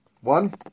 one